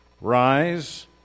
Rise